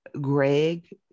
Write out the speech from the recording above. Greg